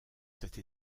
cette